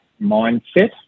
mindset